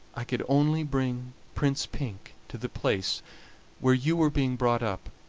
i could only bring prince pink to the place where you were being brought up,